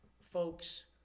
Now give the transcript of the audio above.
Folks